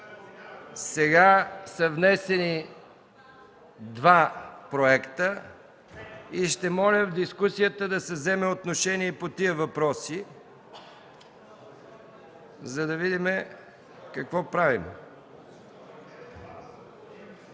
сега са внесени два проекта. Ще моля в дискусията да се вземе отношение и по тези въпроси, за да видим какво правим.